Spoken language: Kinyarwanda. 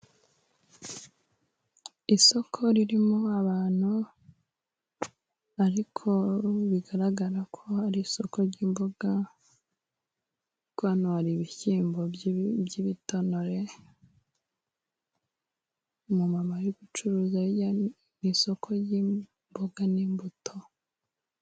Isoko ririmo abantu ariko bigaragara ko ari isoko ry'imboga, ko hano hari ibishyimbo byi by'ibitonore, umumama ari gucuruza hirya mu isoko ry'imboga n'imbuto.